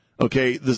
okay